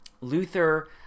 Luther